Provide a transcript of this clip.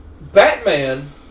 Batman